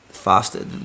faster